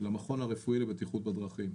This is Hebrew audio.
-- למכון הרפואי לבטיחות בדרכים.